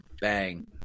Bang